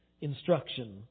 instruction